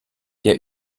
der